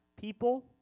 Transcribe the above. people